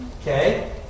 Okay